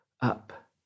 up